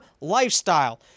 lifestyle